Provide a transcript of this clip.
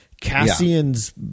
Cassian's